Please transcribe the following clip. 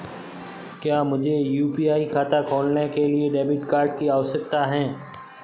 क्या मुझे यू.पी.आई खाता खोलने के लिए डेबिट कार्ड की आवश्यकता है?